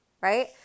Right